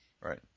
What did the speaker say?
Right